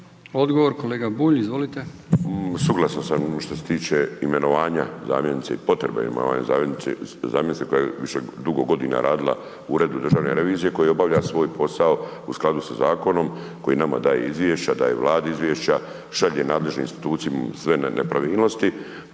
što se tiče imenovanja zamjenice i potrebe imenovanja zamjenice koja je dugo godina radila u Uredu državne revizije koja obavlja svoj posao u skladu sa zakonom koji nama dalje izvješće, daje Vladi izvješća, šalje nadležne institucije .../Govornik